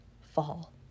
fall